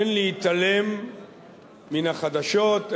אין להתעלם מן החדשות,